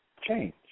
change